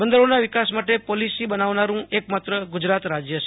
બંદરોના વિકાસ માટે પોલીસી બનાવનારૂ એક માત્ર ગુજરાત રાજય છે